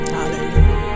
Hallelujah